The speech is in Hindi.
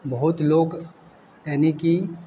बहुत लोग यानी कि